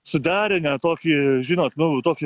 suderinę tokį žinot nu tokį